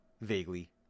Vaguely